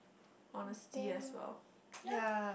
honesty as well ya